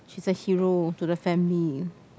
she is a hero to the family